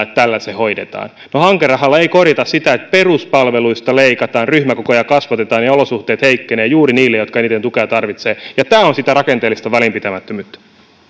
että tällä se hoidetaan niin hankerahalla ei korjata sitä että peruspalveluista leikataan ryhmäkokoja kasvatetaan ja olosuhteet heikkenevät juuri niillä jotka eniten tukea tarvitsevat tämä on sitä rakenteellista välinpitämättömyyttä